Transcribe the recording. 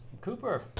Cooper